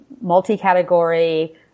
multi-category